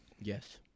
Yes